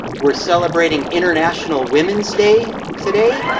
we are celebrating international women's day today.